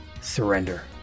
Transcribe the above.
Surrender